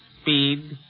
Speed